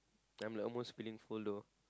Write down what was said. I'm like almost feeling full though